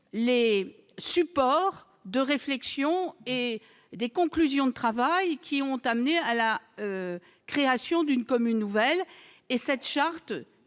les supports de la réflexion et des conclusions de travail ayant amené à la création de la commune nouvelle. Cette charte